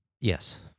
Yes